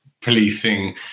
policing